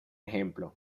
ejemplo